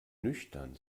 nüchtern